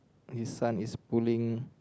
his son is pulling